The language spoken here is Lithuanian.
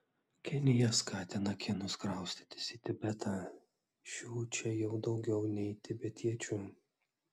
kinija skatina kinus kraustytis į tibetą šių čia jau daugiau nei tibetiečių